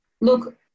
Look